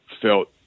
felt